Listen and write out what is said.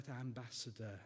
ambassador